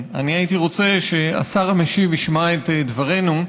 אני הייתי רוצה שהשר המשיב ישמע את דברינו.